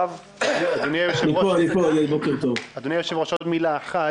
אדוני היושב-ראש, עוד מילה אחת.